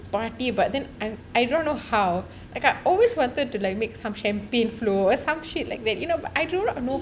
party but then I I don't know how I always wanted to like make some champagne flow some shit like that you know but I do not know